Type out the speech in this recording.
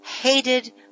hated